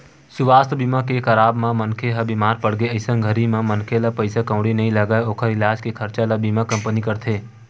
सुवास्थ बीमा के कराब म मनखे ह बीमार पड़गे अइसन घरी म मनखे ला पइसा कउड़ी नइ लगय ओखर इलाज के खरचा ल बीमा कंपनी करथे